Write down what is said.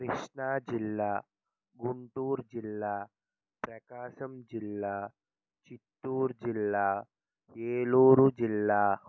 కృష్ణాజిల్లా గుంటూరు జిల్లా ప్రకాశం జిల్లా చిత్తూరు జిల్లా ఏలూరు జిల్లా